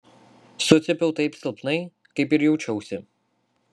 sucypiau taip silpnai kaip ir jaučiausi